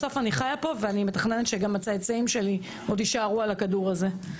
בסוף אני חיה פה ואני מתכננת שגם הצאצאים שלי עוד יישארו על הכדור הזה.